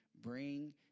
Bring